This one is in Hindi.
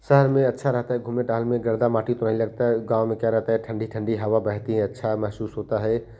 शहर में अच्छा रहता है घूमने टहलने गए तो लगता है गाँव में क्या रहता है ठंडी ठंडी हवा बहती है अच्छा महसूस होता है